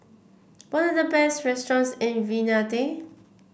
what are the best restaurants in Vientiane